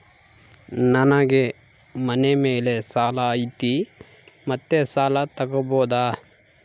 ನನಗೆ ಮನೆ ಮೇಲೆ ಸಾಲ ಐತಿ ಮತ್ತೆ ಸಾಲ ತಗಬೋದ?